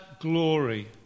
glory